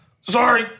Sorry